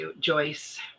Joyce